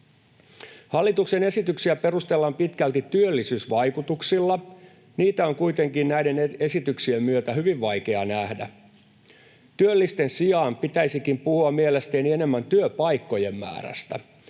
Hallituksen esityksiä perustellaan pitkälti työllisyysvaikutuksilla. Niitä on kuitenkin näiden esityksien myötä hyvin vaikea nähdä. Työllisten sijaan pitäisikin puhua mielestäni enemmän työpaikkojen määrästä,